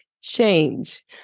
change